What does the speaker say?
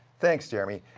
thanks, jeremy.